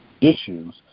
issues